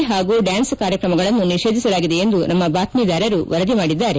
ಪಾಗೂ ಡ್ಲಾನ್ಸ್ ಕಾರ್ಯಕ್ರಮಗಳನ್ನು ನಿಷೇಧಿಸಲಾಗಿದೆ ಎಂದು ನಮ್ಲ ಬಾತ್ಸೀದಾರರು ವರದಿ ಮಾಡಿದ್ದಾರೆ